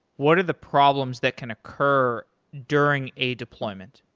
what are the problems that can occur during a deployment?